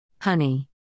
Honey